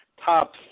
top